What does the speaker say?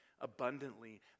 abundantly